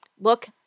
Look